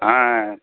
হ্যাঁ